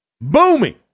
booming